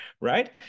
right